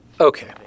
Okay